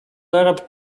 arab